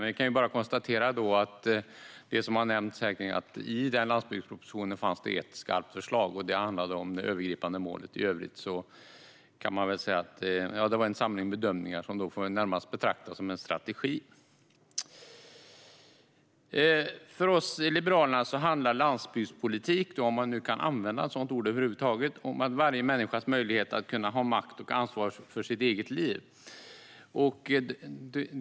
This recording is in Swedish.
Jag kan bara konstatera att det i landsbygdspropositionen fanns ett skarpt förslag, och det handlade om övergripande mål. I övrigt var det en samling bedömningar som närmast kan betraktas som en strategi. För oss i Liberalerna handlar landsbygdspolitik - om man nu kan använda ett sådant ord över huvud taget - om varje människas möjlighet att ha makt och ansvar för sitt eget liv.